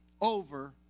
over